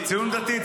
ציונות דתית.